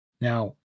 Now